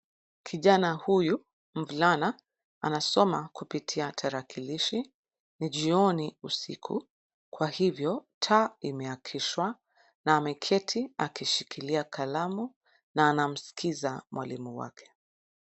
Kijana huyu, mvulana, anasoma kupitia tarakilishi. Ni jioni, usiku, Kwa hivyo taa imeakishwa na ameketi akishikilia kalamu na anamsikiza mwalimu wake.